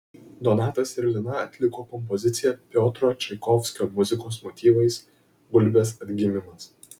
donatas ir lina atliko kompoziciją piotro čaikovskio muzikos motyvais gulbės atgimimas